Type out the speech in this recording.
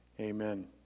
amen